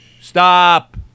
Stop